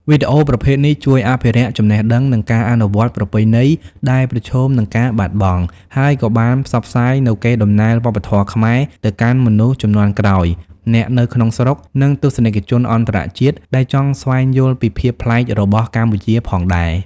វីដេអូប្រភេទនេះ ជួយអភិរក្ស ចំណេះដឹង និងការអនុវត្តប្រពៃណីដែលប្រឈមនឹងការបាត់បង់ ហើយក៏បានផ្សព្វផ្សាយនូវកេរដំណែលវប្បធម៌ខ្មែរទៅកាន់មនុស្សជំនាន់ក្រោយ អ្នកនៅក្នុងស្រុក និង ទស្សនិកជនអន្តរជាតិ ដែលចង់ស្វែងយល់ពីភាពប្លែករបស់កម្ពុជាផងដែរ។